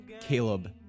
caleb